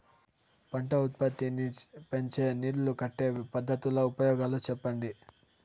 పంట ఉత్పత్తి నీ పెంచే నీళ్లు కట్టే పద్ధతుల ఉపయోగాలు చెప్పండి?